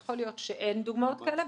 יכול להיות שאין דוגמאות כאלה,